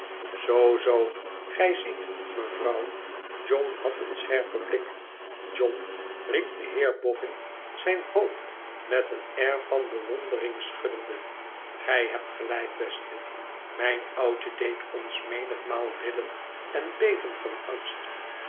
zoo zoo gij ziet mevrouw john had een scherpen blik john riep de heer boffin zijn hoofd met een air van bewondering schuddende igij hebt gelijk beste mijn oudje deed ons menigmaal rillen en beven van angst